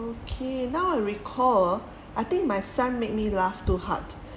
okay now I recall I think my son made me laugh too hard